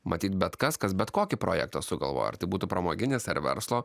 matyt bet kas kas bet kokį projektą sugalvojo ar tai būtų pramoginis ar verslo